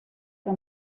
que